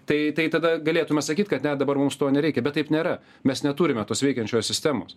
tai tai tada galėtume sakyt kad ne dabar mums to nereikia bet taip nėra mes neturime tos veikiančios sistemos